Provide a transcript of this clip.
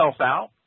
out